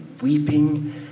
weeping